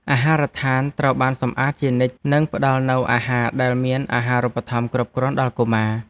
អាហារដ្ឋានត្រូវបានសម្អាតជានិច្ចនិងផ្តល់នូវអាហារដែលមានអាហារូបត្ថម្ភគ្រប់គ្រាន់ដល់កុមារ។